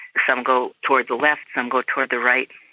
some go towards the left, some go towards the right.